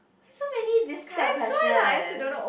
why so many this kind of questions